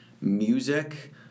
music